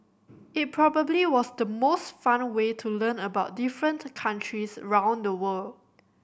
it probably was the most fun way to learn about different countries round the world